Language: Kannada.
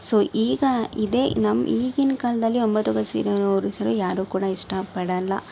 ಸೊ ಈಗ ಇದೇ ನಮ್ಮ ಈಗಿನ ಕಾಲದಲ್ಲಿ ಒಂಬತ್ತು ಗಜ ಸೀರೆಯನ್ನು ಉಡಿಸಲು ಯಾರೂ ಕೂಡ ಇಷ್ಟಪಡಲ್ಲ